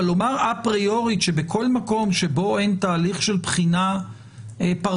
אבל לומר אפריורית שבכל מקום שבו אין תהליך של בחינה פרטנית